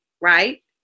right